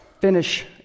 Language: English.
finish